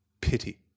pity